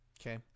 Okay